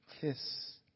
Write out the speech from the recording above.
kiss